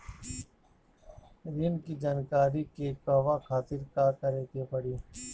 ऋण की जानकारी के कहवा खातिर का करे के पड़ी?